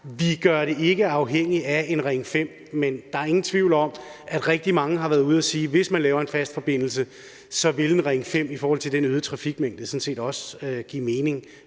gør det afhængigt af en Ring 5-motorvej, men der er ingen tvivl om, at rigtig mange har været ude at sige, at hvis man laver en fast forbindelse, vil en Ring 5-motorvej i forhold til den øgede trafikmængde sådan set også give mening.